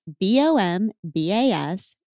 B-O-M-B-A-S